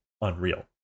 unreal